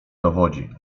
dowodzi